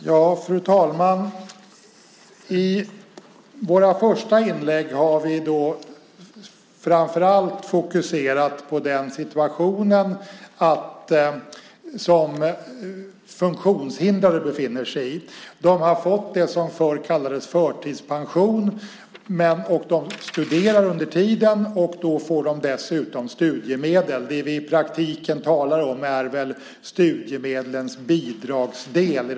Fru talman! I våra första inlägg har vi framför allt fokuserat på den situation som funktionshindrade befinner sig i. De har fått det som förr kallades förtidspension, de studerar under tiden, och då får de dessutom studiemedel - det vi i praktiken talar om i de flesta fall är studiemedlens bidragsdel.